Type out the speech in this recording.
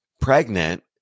pregnant